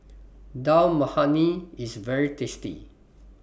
Dal Makhani IS very tasty